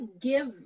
give